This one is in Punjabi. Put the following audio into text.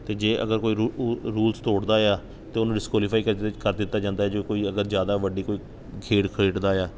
ਅਤੇ ਜੇ ਅਗਰ ਕੋਈ ਰੂਲਸ ਤੋੜਦਾ ਆ ਤਾਂ ਉਹਨੂੰ ਡਿਸਕੁਆਲੀਫਾਈ ਕਰ ਕਰ ਦਿੱਤਾ ਜਾਂਦਾ ਹੈ ਜੋ ਕੋਈ ਅਗਰ ਜ਼ਿਆਦਾ ਵੱਡੀ ਕੋਈ ਖੇਡ ਖੇਡਦਾ ਆ